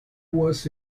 was